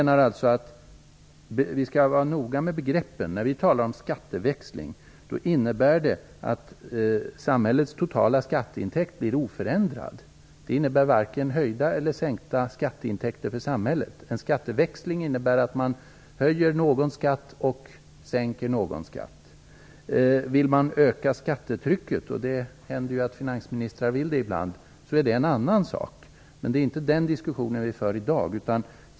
När vi talar om skatteväxling innebär det att samhällets totala skatteintäkt blir oförändrad. Det innebär varken höjda eller sänkta skatteintäkter för samhället. En skatteväxling innebär att man höjer någon skatt och sänker någon skatt. Att öka skattetrycket innebär något annat. Det är inte den diskussionen vi för i dag.